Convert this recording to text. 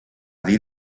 dir